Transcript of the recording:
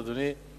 אדוני,